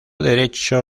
derecho